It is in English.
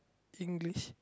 English